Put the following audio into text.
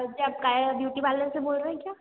क्या आप Kaya beauty parlour से बोल रहीं क्या